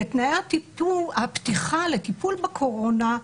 ותנאי הפתיחה לטיפול בקורונה,